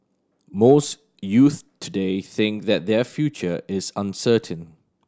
most youths today think that their future is uncertain